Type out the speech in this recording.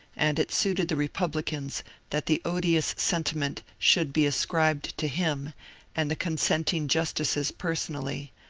and it suited the republicans that the odious sentiment should be ascribed to him and the consenting jus tices personally,